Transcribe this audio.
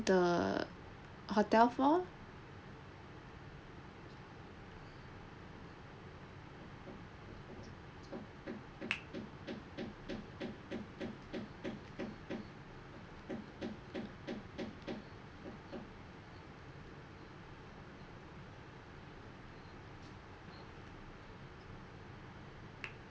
the hotel for